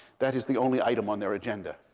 that is the only item on their agenda.